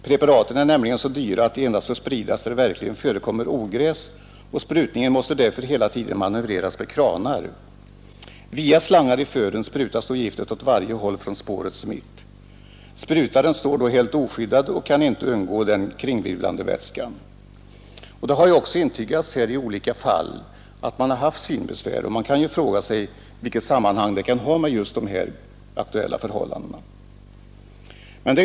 Preparaten är nämligen så dyra att de endast får spridas där det verkligen förekommer ogräs, och sprutningen måste därför hela tiden manövreras med kranar. Via slangar i fören sprutas giftet åt varje håll från spårets mitt. Sprutaren står då helt oskyddad och kan inte undgå den kringvirvlande vätskan. Det har också intygats att synbesvär uppstått. Man frågar sig vilket samband de kan ha med dessa förhållanden.